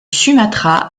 sumatra